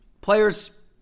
players